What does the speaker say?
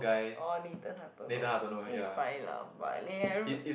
orh Nathan-Hartono ah I think he's fine lah but I don't